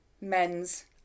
men's